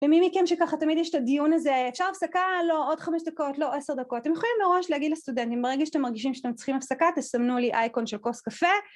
ומי מכם שככה תמיד יש את הדיון הזה, אפשר הפסקה? לא, עוד חמש דקות, לא, עשר דקות, אתם יכולים מראש להגיד לסטודנטים, ברגע שאתם מרגישים שאתם צריכים הפסקה, תסמנו לי אייקון של כוס קפה.